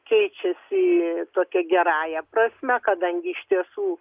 keičiasi tokia gerąja prasme kadangi iš tiesų